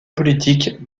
politique